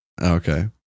Okay